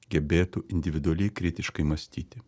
gebėtų individualiai kritiškai mąstyti